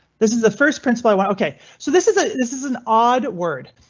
this is the first principle, went ok, so this is. ah this is an odd word.